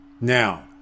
Now